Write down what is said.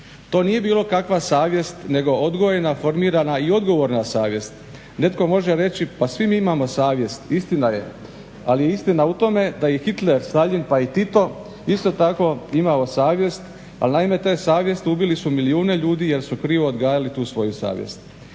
To nije bilo kakva savjest nego odgojena, formirana i odgovorna savjest. Netko može reći pa svi mi imamo savjest. Istina je, ali je istina u tome da je i Hitler, Staljin pa i Tito isto tako imao savjest, ali naime te savjesti ubile su milijune ljudi jer su krivo odgajali tu svoju savjest.